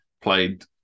played